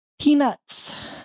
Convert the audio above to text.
peanuts